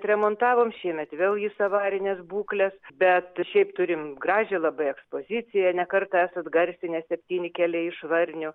remontavom šiemet vėl jis avarinės būklės bet šiaip turim gražią labai ekspoziciją ne kartą esat garsinę septyni keliai iš varnių